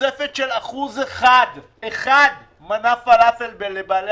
תוספת של אחוז אחד בשווי מנת פלאפל לבעלי